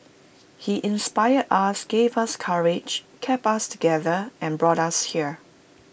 he inspired us gave us courage kept us together and brought us here